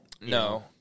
No